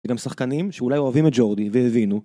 וגם שחקנים שאולי אוהבים את ג'ורדי, והבינו.